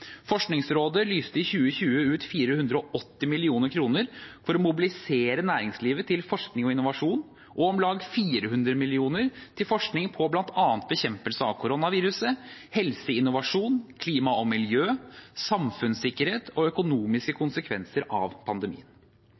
Forskningsrådet lyste i 2020 ut 480 mill. kr for å mobilisere næringslivet til forskning og innovasjon, og om lag 400 mill. kr til forskning på bl.a. bekjempelse av koronaviruset, helseinnovasjon, klima og miljø, samfunnssikkerhet og økonomiske konsekvenser av pandemien.